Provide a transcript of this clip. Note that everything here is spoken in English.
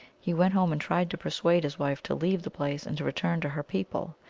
he went home, and tried to persuade his wife to leave the place and to return to her people.